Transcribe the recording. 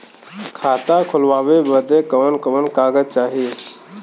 खाता खोलवावे बादे कवन कवन कागज चाही?